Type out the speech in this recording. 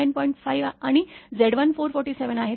5 आणि Z1 447 आहे